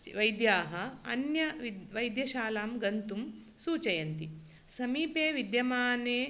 वैद्याः अन्यविद् वैद्यशालां गन्तु सूचयन्ति समीपे विद्यमाने